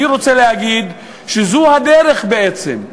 אני רוצה להגיד שזו הדרך בעצם,